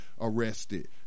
arrested